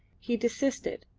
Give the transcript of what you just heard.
he desisted,